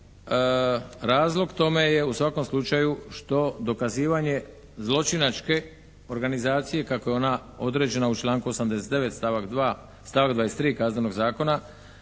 razlog tome je u svakom slučaju što dokazivanje zločinačke organizacije kako je ona određena u članku 89. stavak 23. Kaznenog zakona,